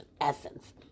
essence